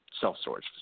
self-storage